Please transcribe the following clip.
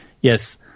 yes